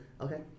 okay